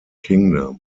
kingdom